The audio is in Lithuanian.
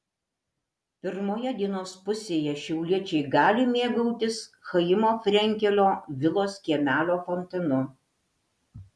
pirmoje dienos pusėje šiauliečiai gali mėgautis chaimo frenkelio vilos kiemelio fontanu